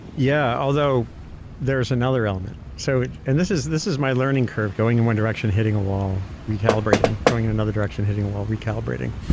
yeah, although there's another element, so. and this is this is my learning curve, going in one direction, hitting a wall, recalibrating, going in another direction, hitting a wall, recalibrating.